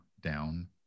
down